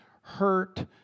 hurt